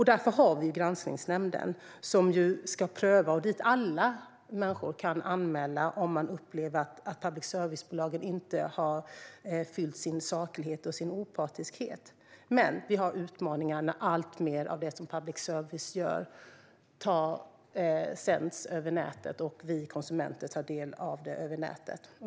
Vi har Granskningsnämnden, och dit kan alla människor anmäla om de upplever att public service-bolagen inte har uppfyllt kraven på saklighet och opartiskhet. Men vi har utmaningar med att alltmer av det som public service gör sänds över nätet och att vi konsumenter tar del av det över nätet.